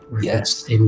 Yes